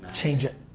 change it.